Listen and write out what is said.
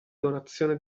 donazione